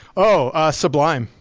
oh! ah sublime.